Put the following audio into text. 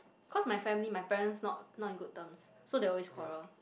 cause my family my parents not not in good terms so they always quarrel